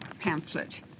pamphlet